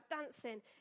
dancing